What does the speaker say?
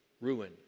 ruin